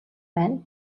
байна